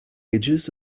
ages